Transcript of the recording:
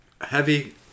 heavy